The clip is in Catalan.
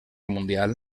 mundial